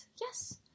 yes